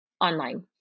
online